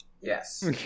Yes